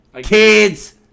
kids